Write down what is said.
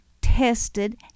tested